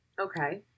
Okay